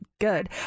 good